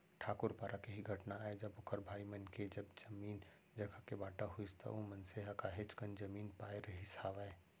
ठाकूर पारा के ही घटना आय जब ओखर भाई मन के जब जमीन जघा के बाँटा होइस त ओ मनसे ह काहेच कन जमीन पाय रहिस हावय